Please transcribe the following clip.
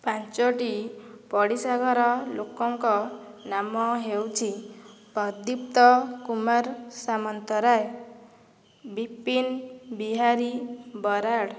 ପାଞ୍ଚଟି ପଡ଼ିଶା ଘର ଲୋକଙ୍କ ନାମ ହେଉଛି ପ୍ରଦୀପ୍ତ କୁମାର ସାମନ୍ତରାୟ ବିପିନ ବିହାରୀ ବରାଳ